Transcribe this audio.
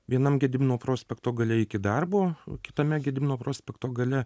vienam gedimino prospekto gale iki darbo kitame gedimino prospekto gale